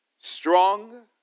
strong